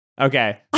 Okay